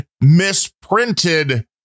misprinted